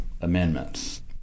amendments